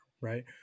Right